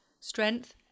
Strength